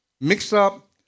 mix-up